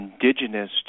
indigenous